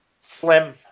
Slim